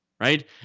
right